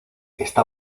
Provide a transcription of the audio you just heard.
está